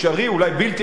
אולי בלתי אפשרי,